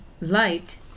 light